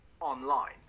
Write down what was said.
online